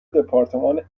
دپارتمان